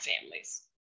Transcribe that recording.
families